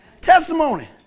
Testimony